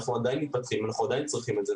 אנחנו עדיין מתפתחים, אנחנו עדיין צריכים את זה.